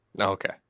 Okay